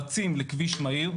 רצים לכביש מהיר,